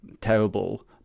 terrible